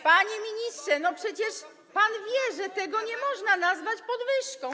Panie ministrze, przecież pan wie, że tego nie można nazwać podwyżką.